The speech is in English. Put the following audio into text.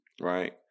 right